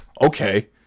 Okay